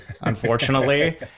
unfortunately